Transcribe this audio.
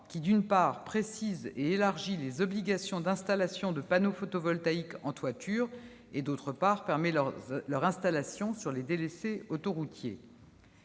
qui, d'une part, précise et élargit les obligations d'installation de panneaux photovoltaïques en toiture et, d'autre part, permet leur installation sur les délaissés autoroutiers.